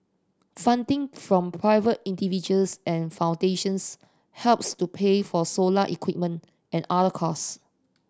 funding from private individuals and foundations helps to pay for solar equipment and other cost